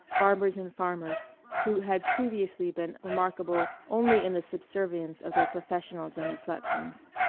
barbers, and farmers who had previously been remarkable only in the subservience of their professional genuflections.